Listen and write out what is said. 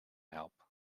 help